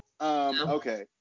okay